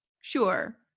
sure